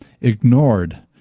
ignored